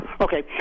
Okay